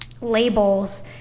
labels